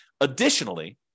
Additionally